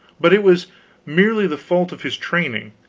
but it was merely the fault of his training,